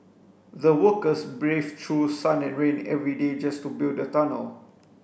the workers braved through sun and rain every day just to build the tunnel